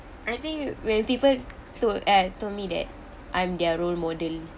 I think when people told eh told me that I'm their role model